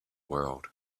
world